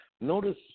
Notice